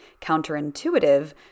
counterintuitive